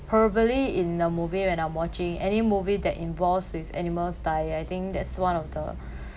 probably in a movie when I'm watching any movie that involves with animals die I think thats one of the